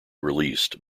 released